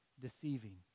deceiving